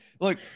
Look